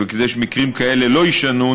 וכדי שמקרים כאלה לא יישנו,